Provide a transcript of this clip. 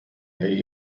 der